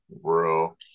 bro